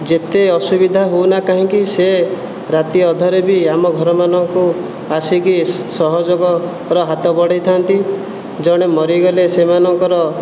ଯେତେ ଅସୁବିଧା ହେଉନା କାହିଁକି ସେ ରାତି ଅଧରେ ବି ଆମ ଘରମାନଙ୍କୁ ଆସିକି ସହଯୋଗର ହାତ ବଢ଼ାଇଥାନ୍ତି ଜଣେ ମରିଗଲେ ସେମାନଙ୍କର